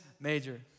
major